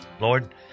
Lord